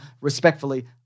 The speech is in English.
Respectfully